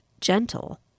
gentle